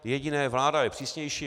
Jediné vláda je přísnější.